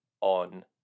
on